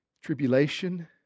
tribulation